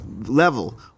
level